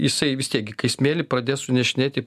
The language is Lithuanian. jisai vis tiek gi kai smėlį pradės sunešinėti